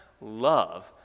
love